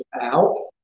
out